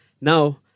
Now